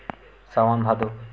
सावन भादो